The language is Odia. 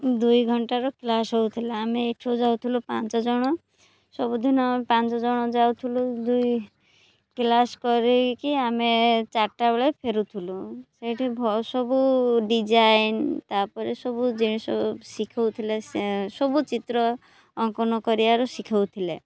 ଦୁଇ ଘଣ୍ଟାର କ୍ଲାସ୍ ହଉଥିଲା ଆମେ ଏଠୁ ଯାଉଥିଲୁ ପାଞ୍ଚଜଣ ସବୁଦିନ ପାଞ୍ଚଜଣ ଯାଉଥିଲୁ ଦୁଇ କ୍ଲାସ୍ କରିକି ଆମେ ଚାରିଟାବେଳେ ଫେରୁଥିଲୁ ସେଇଠି ସବୁ ଡିଜାଇନ ତାପରେ ସବୁ ଜିନିଷ ଶିଖଉଥିଲେ ସେ ସବୁ ଚିତ୍ର ଅଙ୍କନ କରିବାର ଶିଖଉଥିଲେ